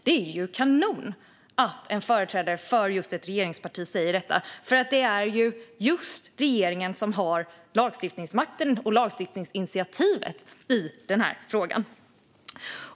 Det är ju kanon att en företrädare för ett regeringsparti säger detta, för det är ju just regeringen som har lagstiftningsmakten och lagstiftningsinitiativet i denna fråga.